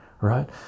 right